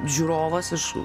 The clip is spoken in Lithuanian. žiūrovas iš